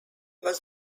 was